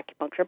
acupuncture